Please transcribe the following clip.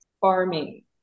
farming